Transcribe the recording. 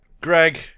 Greg